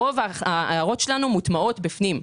רוב ההערות שלנו מוטמעות בפנים.